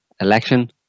election